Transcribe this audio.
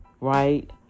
right